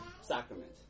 sacrament